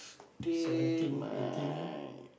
till my